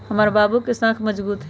हमर बाबू के साख मजगुत हइ